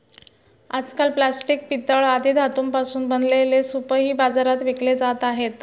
आजकाल प्लास्टिक, पितळ आदी धातूंपासून बनवलेले सूपही बाजारात विकले जात आहेत